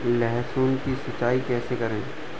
लहसुन की सिंचाई कैसे करें?